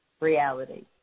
reality